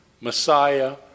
Messiah